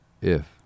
If